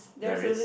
there is